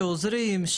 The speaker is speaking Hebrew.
שעוזרים,